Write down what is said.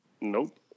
Nope